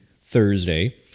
Thursday